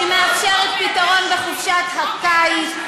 שמאפשרת פתרון בחופשת הקיץ,